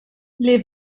les